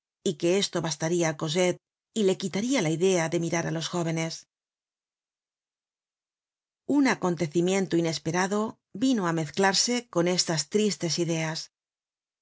y que esto bastaria á cosette y le quitaria la idea de mirar á los jóvenes un acontecimiento inesperado vino á mezclarse con estas tristes ideas